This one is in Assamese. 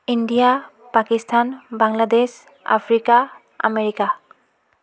India Pakistan Bangladesh Africa America